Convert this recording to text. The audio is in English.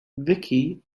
vicky